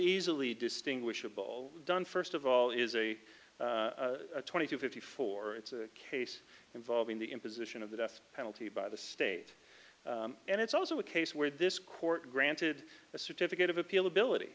easily distinguishable done first of all is a twenty to fifty four it's a case involving the imposition of the death penalty by the state and it's also a case where this court granted a certificate of appeal ability